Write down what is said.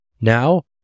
Now